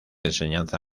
enseñanza